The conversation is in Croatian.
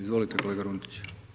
Izvolite kolega Runtić.